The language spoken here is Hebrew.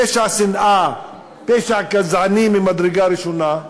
פשע שנאה, פשע גזעני ממדרגה ראשונה,